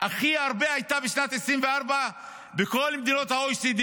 הכי גדולה מכל מדינות ה-OECD